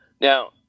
Now